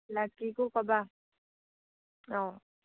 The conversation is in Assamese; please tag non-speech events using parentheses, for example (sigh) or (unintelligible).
(unintelligible)